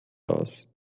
aus